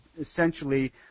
essentially